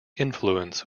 influence